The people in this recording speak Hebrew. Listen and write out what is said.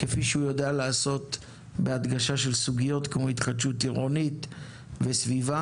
כפי שהוא יודע לעשות בהדגשה של סוגיות כמו התחדשות עירונית וסביבה.